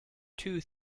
two